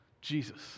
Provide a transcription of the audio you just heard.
Jesus